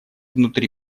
внутри